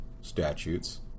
statutes